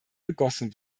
gegossen